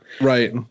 right